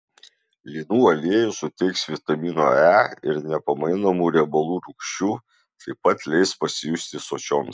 linų aliejus suteiks vitamino e ir nepamainomų riebalų rūgščių taip pat leis pasijusti sočioms